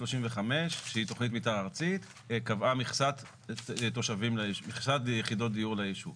שהיא תכנית מיתאר ארצית קבעה מכסת יחידות דיור ליישוב.